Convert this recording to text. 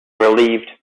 relieved